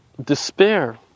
despair